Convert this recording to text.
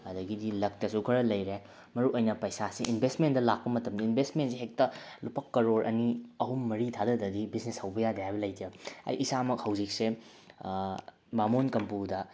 ꯑꯗꯨꯗꯒꯤꯗꯤ ꯂꯛꯇꯁꯨ ꯈꯔ ꯂꯩꯔꯦ ꯃꯔꯨ ꯑꯣꯏꯅ ꯄꯩꯁꯥꯁꯤ ꯏꯟꯕꯦꯁꯃꯦꯟꯗ ꯂꯥꯛꯄ ꯃꯇꯝꯗ ꯏꯟꯕꯦꯁꯃꯦꯟꯁꯤ ꯍꯦꯛꯇ ꯂꯨꯄꯥ ꯀꯔꯣꯔ ꯑꯅꯤ ꯑꯍꯨꯝ ꯃꯔꯤ ꯊꯥꯗꯗ꯭ꯔꯗꯤ ꯕꯤꯖꯤꯅꯦꯁ ꯍꯧꯕ ꯌꯥꯗꯦ ꯍꯥꯏꯕ ꯂꯩꯇꯦꯕ ꯑꯩ ꯏꯁꯥꯃꯛ ꯍꯧꯖꯤꯛꯁꯦ ꯕꯥꯃꯣꯟ ꯀꯝꯄꯨꯗ